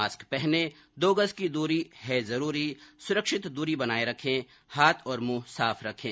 mask पहनें दो गज की दूरी है जरूरी सुरक्षित दूरी बनाए रखें हाथ और मुंह साफ रखें